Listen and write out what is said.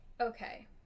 okay